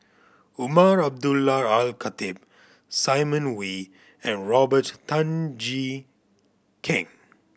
Umar Abdullah Al Khatib Simon Wee and Robert Tan Jee Keng